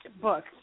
book